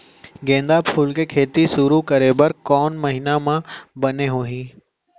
गेंदा फूल के खेती शुरू करे बर कौन महीना मा बने होही?